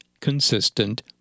consistent